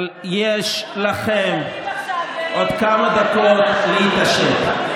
אבל יש לכם עוד כמה דקות להתעשת.